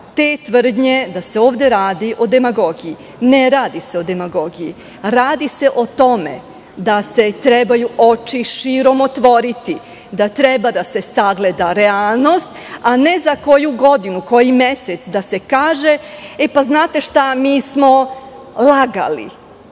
te tvrdnje da se ovi radi o demagogiji. Ne radi se o demagogiji. Radi se o tome da treba oči širom otvoriti, da treba da se sagleda realnost, a ne za koju godinu, koji mesec da se kaže – mi smo lagali.